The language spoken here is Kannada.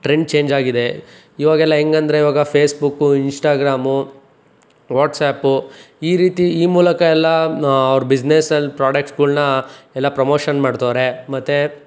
ಟ್ರೆಂಡ್ ಚೇಂಜ್ ಆಗಿದೆ ಇವಾಗೆಲ್ಲ ಹೆಂಗಂದ್ರೆ ಇವಾಗ ಫೇಸ್ಬುಕ್ಕು ಇನ್ಸ್ಟಾಗ್ರಾಮು ವಾಟ್ಸ್ಯಾಪು ಈ ರೀತಿ ಈ ಮೂಲಕ ಎಲ್ಲ ಅವ್ರ ಬಿಸ್ನೆಸಲ್ಲಿ ಪ್ರೋಡಕ್ಟ್ಸ್ಗಳ್ನ ಎಲ್ಲ ಪ್ರಮೋಷನ್ ಮಾಡ್ತಾವ್ರೆ ಮತ್ತು